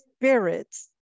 spirits